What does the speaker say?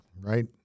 right